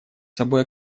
собой